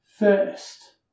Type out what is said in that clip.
first